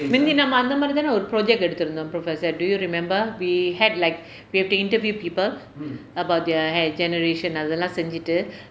மீந்து நம்ம அந்த மாதிரி தானே ஒரு:meenthu namma antha maathiri thane oru project எடுத்திருந்தோம்:eduthirunthom professor do you remember we had like we have to interview people about their generation அதெல்லாம் செஞ்சிட்டு:athellam senjittu